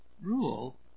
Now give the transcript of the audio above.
Rule